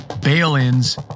Bail-ins